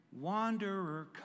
wanderer